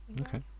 Okay